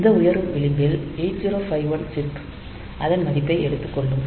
இந்த உயரும் விளிம்பில் 8051 சிப் அதன் மதிப்பை எடுத்துக்கொள்ளும்